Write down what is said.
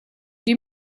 die